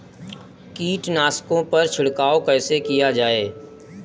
कीटनाशकों पर छिड़काव कैसे किया जाए?